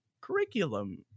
curriculum